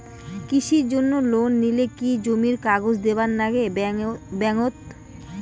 কৃষির জন্যে লোন নিলে কি জমির কাগজ দিবার নাগে ব্যাংক ওত?